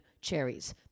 cherries